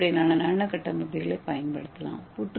ஏ அடிப்படையிலான நானோ கட்டமைப்புகளைப் பயன்படுத்தலாம்